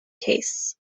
case